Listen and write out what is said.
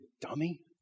dummy